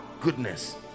goodness